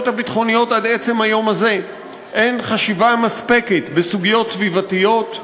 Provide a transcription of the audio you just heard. הביטחוניות עד עצם היום הזה אין חשיבה מספקת בסוגיות סביבתיות,